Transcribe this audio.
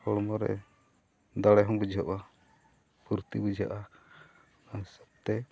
ᱦᱚᱲᱢᱚ ᱨᱮ ᱫᱟᱲᱮ ᱦᱚᱸ ᱵᱩᱡᱷᱟᱹᱜᱼᱟ ᱯᱷᱩᱨᱛᱤ ᱵᱩᱡᱷᱟᱹᱜᱼᱟ ᱚᱱᱟ ᱦᱤᱥᱟᱹᱵᱽᱛᱮ